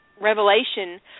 revelation